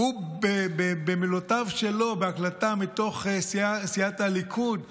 הוא, במילותיו שלו, בהקלטה מתוך סיעת הליכוד אומר: